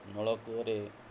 ନଳକୂଅରେ